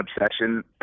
obsession